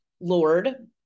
Lord